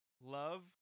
love